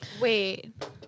Wait